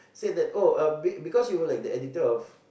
said that oh uh because she was like the editor of